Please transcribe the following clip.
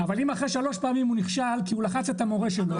אבל אם אחרי שלוש פעמים הוא נכשל כי הוא לחץ את המורה שלו?